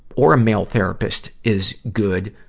or a male therapist, is good.